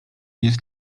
jest